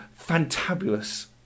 fantabulous